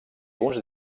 uns